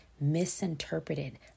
misinterpreted